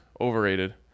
Overrated